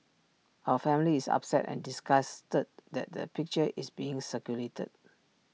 our family is upset and disgusted that the picture is being circulated